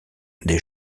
des